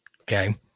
okay